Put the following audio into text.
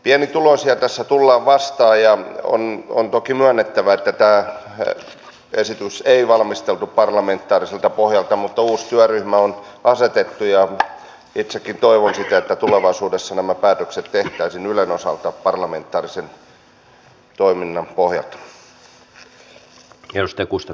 pienituloisia tässä tullaan vastaan ja on toki myönnettävä että tätä esitystä ei valmisteltu parlamentaariselta pohjalta mutta uusi työryhmä on asetettu ja itsekin toivon sitä että tulevaisuudessa nämä päätökset tehtäisiin ylen osalta parlamentaarisen toiminnan pohjalta